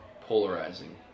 polarizing